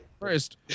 first